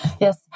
Yes